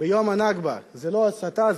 ביום הנכבה, זה לא הסתה?